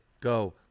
go